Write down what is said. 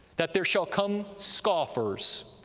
that there shall come. scoffers,